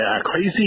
crazy